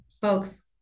folks